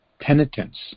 penitence